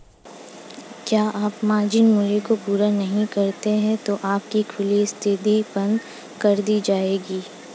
यदि आप मार्जिन मूल्य को पूरा नहीं करते हैं तो आपकी खुली स्थिति बंद कर दी जाएगी